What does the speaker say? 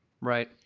Right